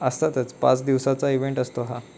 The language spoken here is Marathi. असतातच पाच दिवसाचा इवेंट असतो हा